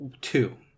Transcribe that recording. Two